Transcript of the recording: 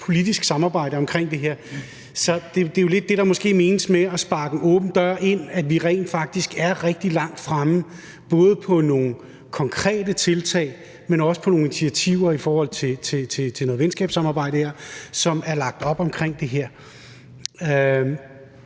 politisk samarbejde om det her. Det er måske lidt det, der menes med at sparke en åben dør ind, altså at vi rent faktisk er rigtig langt fremme, både hvad angår nogle konkrete tiltag og nogle initiativer til noget venskabssamarbejde, som er knyttet op omkring det her.